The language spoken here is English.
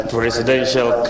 presidential